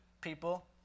people